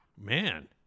Man